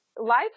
life